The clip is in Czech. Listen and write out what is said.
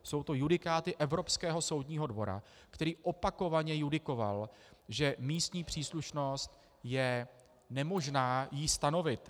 Jsou to judikáty Evropského soudního dvora, který opakovaně judikoval, že místní příslušnost je nemožná ji stanovit.